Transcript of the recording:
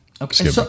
Okay